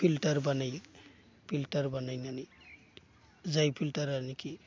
filter बानायो filter बानायनानै जाय फिल्टारानाखि